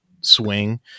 swing